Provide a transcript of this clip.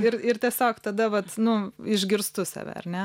ir ir tiesiog tada vat nu išgirstu save ar ne